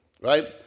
right